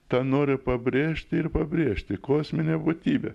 tą noriu pabrėžti ir pabrėžti kosminė būtybė